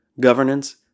governance